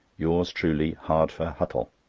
yours truly, hardfur huttle.